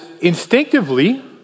instinctively